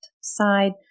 side